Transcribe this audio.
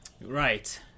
Right